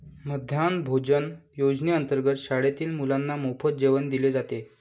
मध्यान्ह भोजन योजनेअंतर्गत शाळेतील मुलांना मोफत जेवण दिले जाते